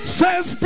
says